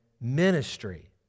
Ministry